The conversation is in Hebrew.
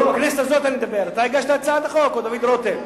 דוד רותם.